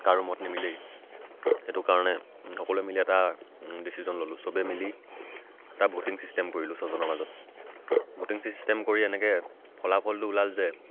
কাৰো মত নিমিলেই সেইটো কাৰণে সকলোৱে মিলি এটা ডিচিশ্যন ল'লোঁ চবে মিলি এটা ভ'টিং ছিষ্টেম কৰিলোঁ ছয়জনৰ মাজত ভ'টিং ছিষ্টেম কৰি এনেকৈ ফলাফলটো ওলাল যে